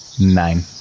Nine